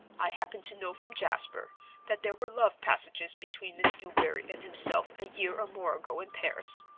i happen to know from jasper that there were love passages between miss dubarry and himself a year or more ago in paris.